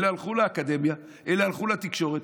אלה הלכו לאקדמיה, אלה הלכו לתקשורת.